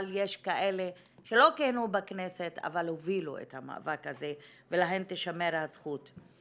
אבל יש כאלה שלא כיהנו בכנסת אבל הובילו את המאבק הזה ולהן תישמר הזכות.